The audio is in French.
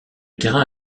terrain